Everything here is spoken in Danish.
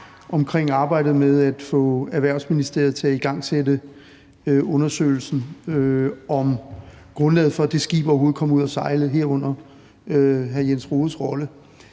om arbejdet med at få Erhvervsministeriet til at igangsætte undersøgelsen om grundlaget for, at det skib overhovedet kom ud at sejle, herunder hr. Jens Rohdes rolle.